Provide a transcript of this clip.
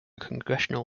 congressional